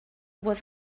was